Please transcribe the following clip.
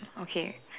okay